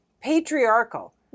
patriarchal